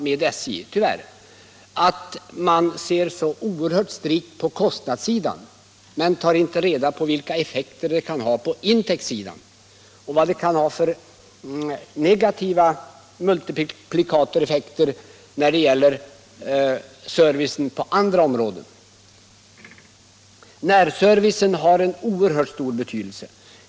Man lägger så oerhört stor vikt vid kostnadssidan men tar inte reda på vilka effekter åtgärderna kan få på intäktssidan och vad åtgärderna kan ha för negativa multiplikatoreffekter när det gäller servicen på andra områden. Närservicen har en oerhört stor betydelse.